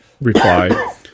reply